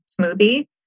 smoothie